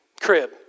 crib